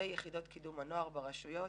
ובאמצעות יחידות קידום הנוער ברשויות